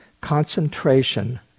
concentration